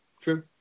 True